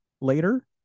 later